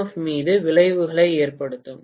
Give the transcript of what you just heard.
F மீது விளைவுகளை ஏற்படுத்தும்